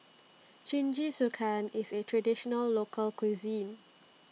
Jingisukan IS A Traditional Local Cuisine